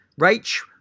Rach